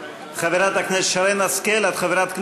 חברת הכנסת שרן השכל, את חברת כנסת?